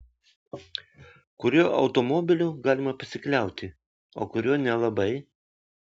kuriuo automobiliu galima pasikliauti o kuriuo nelabai